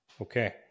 Okay